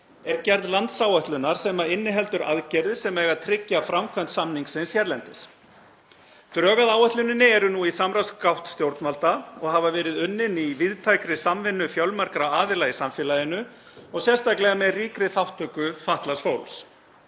er gerð landsáætlunar sem inniheldur aðgerðir sem eiga að tryggja framkvæmd samningsins hérlendis. Drög að áætluninni eru nú í samráðsgátt stjórnvalda og hafa verið unnin í víðtækri samvinnu fjölmargra aðila í samfélaginu og sérstaklega með ríkri þátttöku fatlaðs fólks.